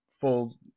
full